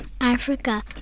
Africa